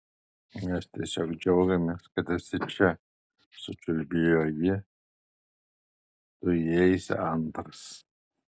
mes tiesiog džiaugiamės kad esi čia sučiulbėjo ji tu įeisi antras